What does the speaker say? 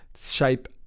shape